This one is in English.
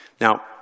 Now